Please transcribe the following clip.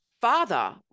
father